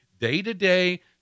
day-to-day